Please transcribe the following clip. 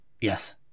Yes